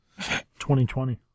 2020